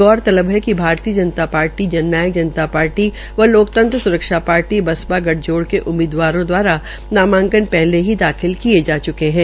गौरतलब है Bharatiya Janata Party Jannayak Party व लोक तंत्र सुरक्षा पार्टी बसपा गठजोड़ा के उम्मीदवारों द्वारा नामांकन पहले ही दाखिल किये जा च्केहै